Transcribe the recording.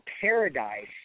paradise